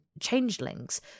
changelings